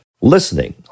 listening